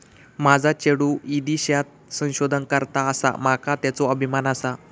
माझा चेडू ईदेशात संशोधन करता आसा, माका त्येचो अभिमान आसा